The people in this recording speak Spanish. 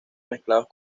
mezclados